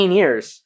years